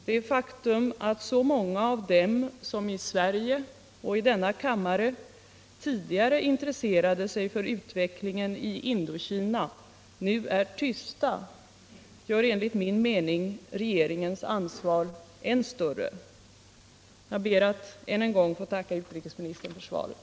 Det faktum att så många av dem som i Sverige och i denna kammare tidigare intresserade sig för utvecklingen i Indokina nu är tysta gör enligt min mening regeringens ansvar än större. Jag ber än en gång att få tacka utrikesministern för svaret.